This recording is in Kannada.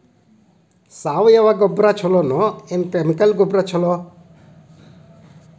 ಸಾವಯವ ಗೊಬ್ಬರ ಛಲೋ ಏನ್ ಕೆಮಿಕಲ್ ಗೊಬ್ಬರ ಛಲೋ?